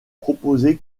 proposé